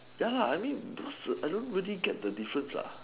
ya I mean I don't really get the difference lah